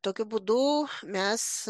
tokiu būdu mes